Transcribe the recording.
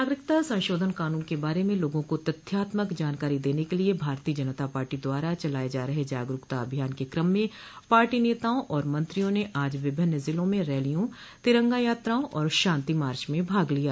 नागरिकता संशोधन क़ानून के बारे में लोगों को तथ्यात्मक जानकारी देने के लिए भारतीय जनता पार्टी द्वारा चलाये जा रहे जागरूकता अभियान के कम में पाटी नेताओं और मंत्रियों ने आज विभिन्न ज़िलों में रैलियों तिरंगा यात्राओं और शांति मार्च में भाग लिया